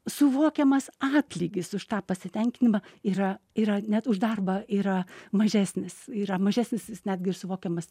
suvokiamas atlygis už tą pasitenkinimą yra yra net už darbą yra mažesnis yra mažesnis jis netgi ir suvokiamas